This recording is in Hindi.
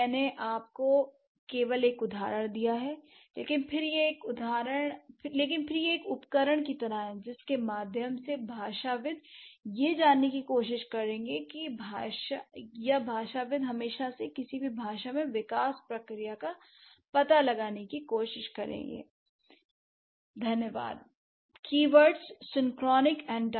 मैंने आपको केवल एक उदाहरण दिया है लेकिन फिर यह एक उपकरण की तरह है जिसके माध्यम से भाषाविद यह जानने की कोशिश करेंगे या भाषाविद् हमेशा से किसी भी भाषा में विकास प्रक्रिया का पता लगाने की कोशिश करते रहे हैं